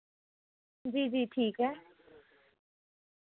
जी जी ठीक ऐ